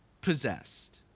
possessed